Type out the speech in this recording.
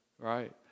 Right